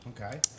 Okay